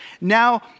now